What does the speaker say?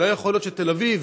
לא יכול להיות שתל אביב,